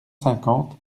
cinquante